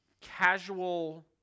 casual